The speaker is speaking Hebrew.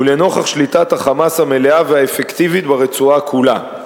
ולנוכח שליטת ה"חמאס" המלאה והאפקטיבית ברצועה כולה.